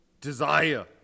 desire